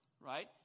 right